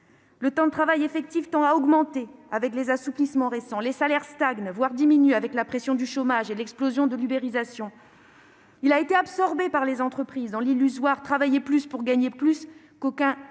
Le temps de travail effectif tend à augmenter avec les assouplissements récents, les salaires stagnent, voire diminuent avec la pression du chômage et l'explosion de l'ubérisation. Il a été absorbé par les entreprises dans l'illusoire « travailler plus pour gagner plus » qu'aucun gouvernement